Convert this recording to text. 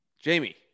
Jamie